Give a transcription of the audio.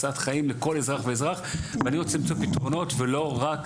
לכל אזרח ואזרח, ואני רוצה למצוא פתרונות ולא רק